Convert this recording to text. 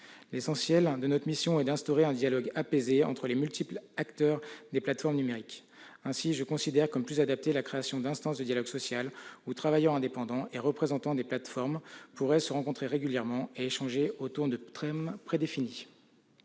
L'essentiel de notre mission est d'instaurer un dialogue apaisé entre les multiples acteurs des plateformes numériques. C'est pourquoi je considère que la création d'instances de dialogue social, où travailleurs indépendants et représentants des plateformes pourraient se rencontrer régulièrement et échanger autour de thèmes prédéfinis,